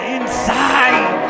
inside